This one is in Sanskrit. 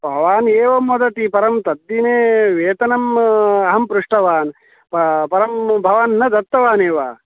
भवान् एवं वदति परं तद्दिने वेतनं अहं पृष्टवान् परं भवान् न दत्तवानेव